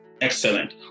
excellent